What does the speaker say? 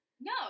No